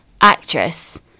actress